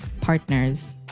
partners